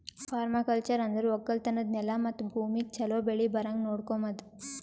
permaculture ಅಂದುರ್ ಒಕ್ಕಲತನದ್ ನೆಲ ಮತ್ತ ಭೂಮಿಗ್ ಛಲೋ ಬೆಳಿ ಬರಂಗ್ ನೊಡಕೋಮದ್